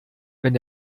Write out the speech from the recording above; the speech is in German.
wenn